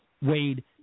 Wade